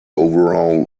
overall